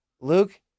Luke